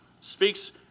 speaks